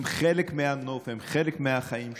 הם חלק מהנוף, הם חלק מהחיים שלנו,